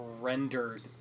rendered